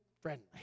friendly